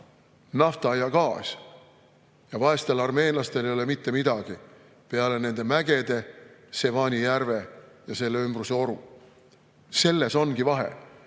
naftat ja gaasi, aga vaestel armeenlastel ei ole mitte midagi peale mägede, Sevani järve ja selle ümbruse oru. Selles ongi vahe.